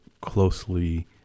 closely